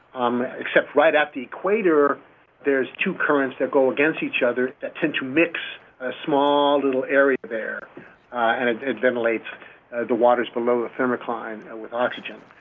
um except right at the equator there are two currents that go against each other that tend to mix a small, little area there and it demolates the waters below the thermocline with oxygen.